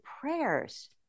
prayers